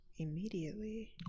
immediately